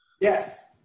Yes